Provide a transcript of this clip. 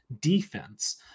defense